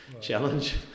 challenge